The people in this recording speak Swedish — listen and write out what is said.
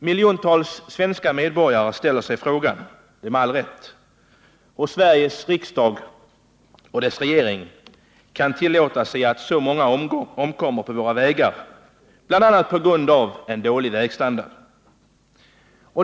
Miljontals svenska medborgare frågar med all rätt hur Sveriges riksdag och regering kan tillåta att så många människor omkommer på våra vägar bl.a. på grund av en dålig vägstandard.